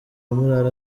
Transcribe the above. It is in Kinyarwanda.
murara